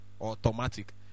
Automatic